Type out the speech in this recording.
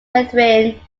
weathering